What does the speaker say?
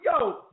yo